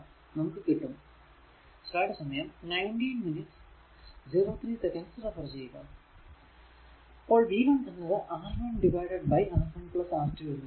നമുക്ക് കിട്ടും അപ്പോൾ v 1 എന്നത് R1 divided by R1 R2 എന്ന് കിട്ടും